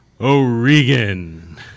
O'Regan